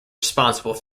responsible